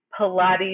Pilates